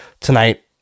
tonight